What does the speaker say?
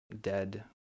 dead